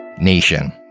nation